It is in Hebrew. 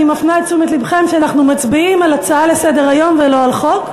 אני מפנה את תשומת לבכם שאנחנו מצביעים על הצעה לסדר-היום ולא על חוק.